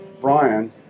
Brian